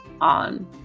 on